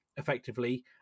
effectively